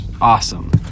awesome